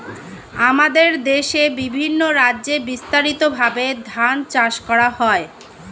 আমাদের দেশে বিভিন্ন রাজ্যে বিস্তারিতভাবে ধান চাষ করা হয়